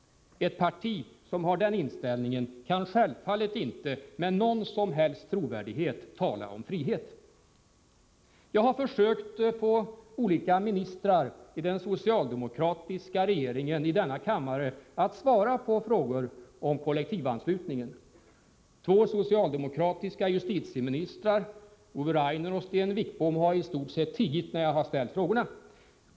Ett parti som har den inställningen kan självfallet inte med någon som helst trovärdighet tala om frihet. Jag har försökt få olika ministrar i den socialdemokratiska regeringen att i denna kammare svara på frågor om kollektivanslutningen. Två socialdemokratiska justitieministrar, Ove Rainer och Sten Wickbom, har i stort sett tigit när jag ställt frågorna.